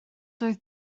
doedd